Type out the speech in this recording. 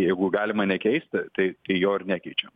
jeigu galima nekeist tai jo ir nekenčiam